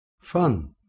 Fun